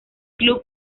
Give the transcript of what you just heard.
club